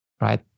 right